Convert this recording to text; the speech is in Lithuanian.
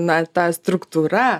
na ta struktūra